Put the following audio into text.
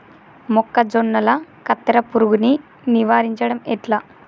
మొక్కజొన్నల కత్తెర పురుగుని నివారించడం ఎట్లా?